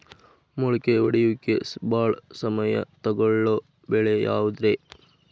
ಮೊಳಕೆ ಒಡೆಯುವಿಕೆಗೆ ಭಾಳ ಸಮಯ ತೊಗೊಳ್ಳೋ ಬೆಳೆ ಯಾವುದ್ರೇ?